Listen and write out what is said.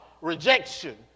rejection